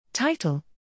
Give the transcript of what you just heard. Title